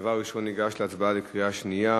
דבר ראשון, ניגש להצבעה בקריאה שנייה